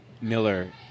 Miller